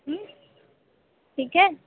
ठीक है